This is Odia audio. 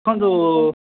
ଦେଖନ୍ତୁ